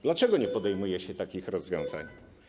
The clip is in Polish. Dlaczego nie podejmuje się takich rozwiązań?